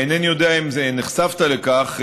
אינני יודע אם נחשפת לכך,